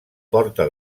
porta